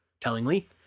Tellingly